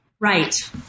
Right